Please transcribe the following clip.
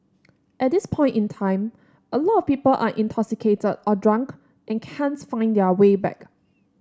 at this point in time a lot of people are intoxicated or drunk and can't find their way back